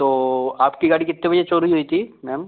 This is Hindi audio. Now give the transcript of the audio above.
तो आपकी गाड़ी कितने बजे चोरी हुई थी मैम